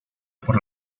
por